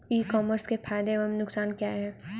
ई commerce के फायदे एवं नुकसान क्या हैं?